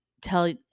tell